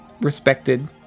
respected